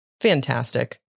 fantastic